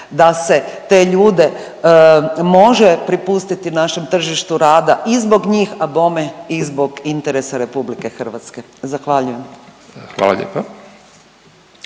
da se te ljude može prepustiti našem tržištu rada i zbog njih, a bome i zbog interesa RH. Zahvaljujem. **Katić,